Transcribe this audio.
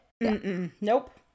Nope